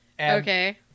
Okay